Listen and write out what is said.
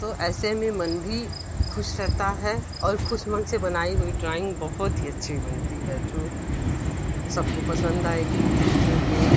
तो ऐसे में मन भी ख़ुश रहता है और ख़ुश मन से बनाई हुई ड्राइंग बहुत ही अच्छी बनती है जो सब को पसंद आएगी देखने पर